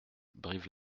brive